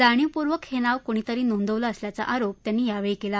जाणीवपूर्वक हे नाव कूणीतरी नोंदवलं असल्याचा आरोप त्यांनी यावेळी केला